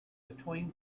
between